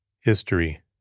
History